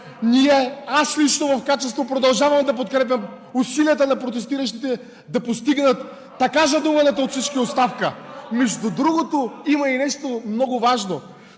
ние и аз в лично качество продължавам да подкрепям усилията на протестиращите да постигнат така жадуваната от всички оставка! Между другото, има и нещо много важно